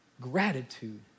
gratitude